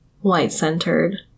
white-centered